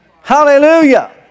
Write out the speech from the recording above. Hallelujah